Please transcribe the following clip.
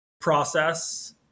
process